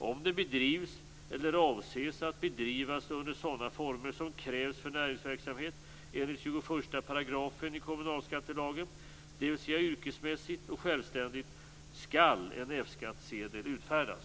Om den bedrivs eller avses att bedrivas under sådana former som krävs för näringsverksamhet enligt 21 § kommunalskattelagen, dvs. yrkesmässigt och självständigt, skall en F-skattsedel utfärdas.